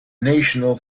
national